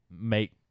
Make